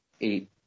eight